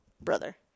brother